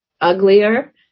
uglier